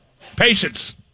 Patience